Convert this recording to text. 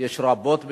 יש רבות ביותר.